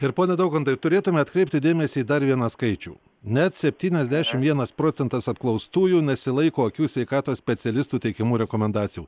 ir pone daukontai turėtume atkreipti dėmesį dar vieną skaičių net septyniasdešim vienas procentas apklaustųjų nesilaiko akių sveikatos specialistų teikiamų rekomendacijų